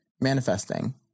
manifesting